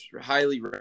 highly